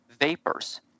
vapors